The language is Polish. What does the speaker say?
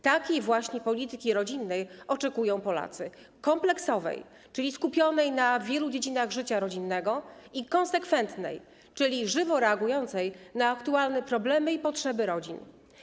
Takiej właśnie polityki rodzinnej oczekują Polacy: kompleksowej, czyli skupionej na wielu dziedzinach życia rodzinnego, i konsekwentnej, czyli żywo reagującej na aktualne problemy i potrzeby rodzin.